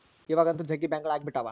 ಇವಾಗಂತೂ ಜಗ್ಗಿ ಬ್ಯಾಂಕ್ಗಳು ಅಗ್ಬಿಟಾವ